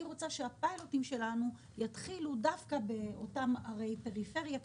רוצים שהפיילוט שלנו יתחילו דווקא באותן ערי פריפריה.